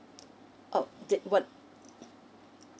oh did what